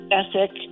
ethic